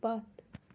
پتھ